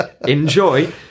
Enjoy